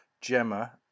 Gemma